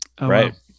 right